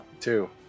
Two